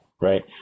Right